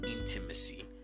intimacy